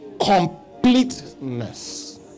Completeness